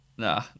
Nah